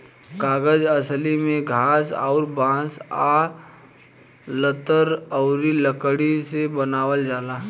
कागज असली में घास अउर बांस आ लतर अउरी लकड़ी से बनावल जाला